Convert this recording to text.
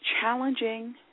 challenging